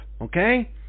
okay